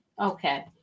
okay